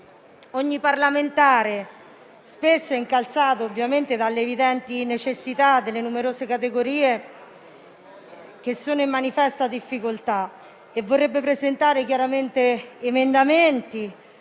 ogni parlamentare, spesso incalzato dalle evidenti necessità delle numerose categorie che sono in manifesta difficoltà, vorrebbe presentare emendamenti,